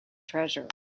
treasure